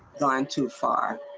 so i'm too far.